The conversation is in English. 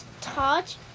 touch